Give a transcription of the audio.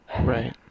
Right